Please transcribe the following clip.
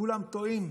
כולם טועים?